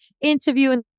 interviewing